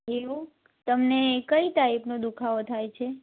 એવું તમને કઈ ટાઈપનો દુખાવો થાય છે